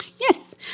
Yes